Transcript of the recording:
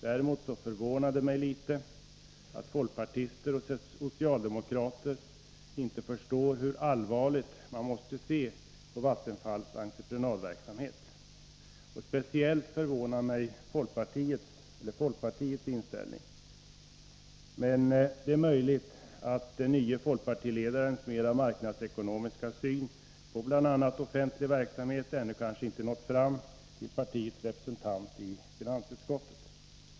Däremot förvånar det mig litet att folkpartisterna och socialdemokraterna inte förstår hur allvarligt man måste se på Vattenfalls entreprenadverksamhet. Speciellt förvånar mig folkpartiets inställning. Men det är möjligt att den nye folkpartiledarens mer marknadsekonomiska syn på bl.a. offentlig verksamhet ännu inte nått fram till partiets representant i finansutskottet.